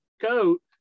coat